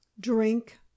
Drink